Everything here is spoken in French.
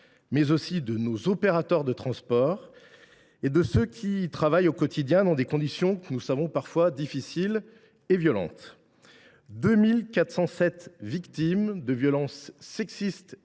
mais aussi de nos opérateurs de transport et de ceux qui y travaillent au quotidien, dans des conditions que nous savons parfois difficiles et violentes. Quelque 2 407 victimes de violences sexistes et sexuelles